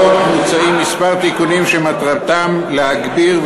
בהצעת החוק מוצעים כמה תיקונים שמטרתם להגביר,